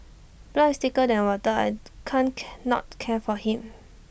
blood is thicker than water I can't not care for him